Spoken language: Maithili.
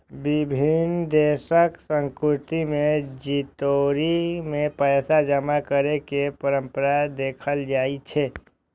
विभिन्न देशक संस्कृति मे तिजौरी मे पैसा जमा करै के परंपरा देखल जाइ छै